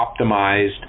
optimized